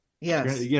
Yes